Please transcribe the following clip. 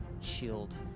shield